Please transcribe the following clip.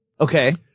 Okay